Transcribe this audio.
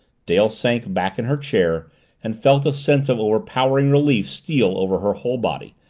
dale sank back in her chair and felt a sense of overpowering relief steal over her whole body,